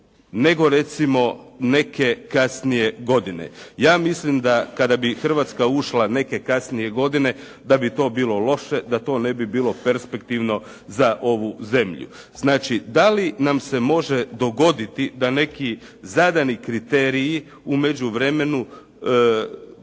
nego recimo neke kasnije godine. Ja mislim da kada bi Hrvatska ušla neke kasnije godine da bi to bilo loše, da to ne bi bilo perspektivno za ovu zemlju. Znači, da li nam se može dogoditi da neki zadani kriteriji u međuvremenu